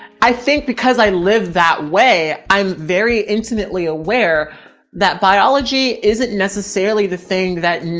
i think because i live that way, i'm very intimately aware that biology isn't necessarily the thing that,